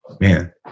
Man